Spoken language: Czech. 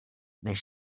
než